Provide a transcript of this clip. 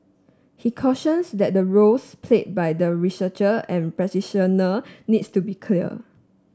he cautions that the roles played by the researcher and practitioner needs to be clear